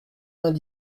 vingt